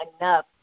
enough